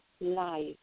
life